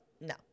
No